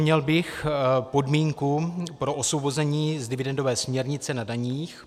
Připomněl bych podmínku pro osvobození z dividendové směrnice na daních.